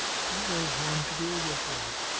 how was one to deal with him?